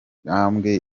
intambwe